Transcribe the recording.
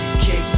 kick